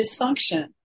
dysfunction